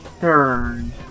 turn